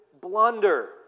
blunder